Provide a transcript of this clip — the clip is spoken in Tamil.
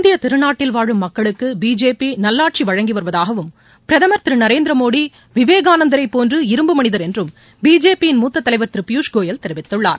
இந்திய திருநாட்டில் வாழும் மக்களுக்கு பிஜேபி நல்லாட்சி வழங்கி வருவதாகவும் பிரதமர் திரு நரேந்திர மோடி விவேகானந்தரை போன்று இரும்பு மனிதர் என்றும் பிஜேபி யின் மூத்த தலைவர் திரு பியூஷ் கோயல் தெரிவித்துள்ளார்